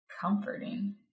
comforting